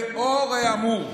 לאור האמור,